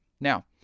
Now